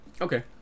Okay